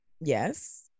Yes